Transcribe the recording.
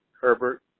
Herbert